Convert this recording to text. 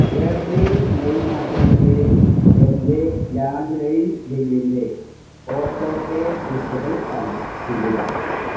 April May മാസങ്ങളിലെ എന്റെ landline ബില്ലിന്റെ ഓട്ടോപ്പേ ഡിസേബിൾ കാണിച്ചുതരിക